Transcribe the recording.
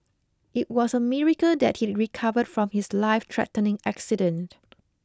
it was a miracle that he recovered from his lifethreatening accident